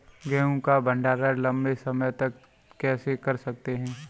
गेहूँ का भण्डारण लंबे समय तक कैसे कर सकते हैं?